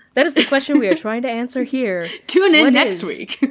that is the question we are trying to answer here. tune in next week.